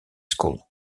school